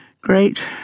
great